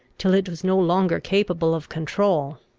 till it was no longer capable of control.